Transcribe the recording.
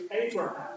Abraham